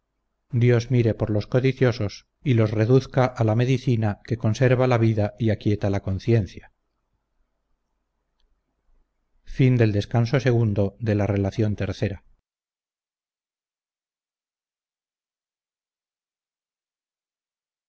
dios mire por los codiciosos y los reduzca a la medicina que conserva la vida y aquieta la conciencia